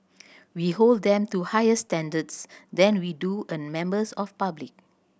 we hold them to higher standards than we do a members of public